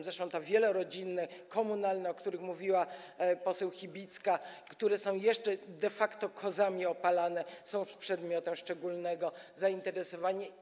Zresztą te wielorodzinne, komunalne, o których mówiła poseł Chybicka, które są jeszcze de facto opalane kozami, są przedmiotem szczególnego zainteresowania.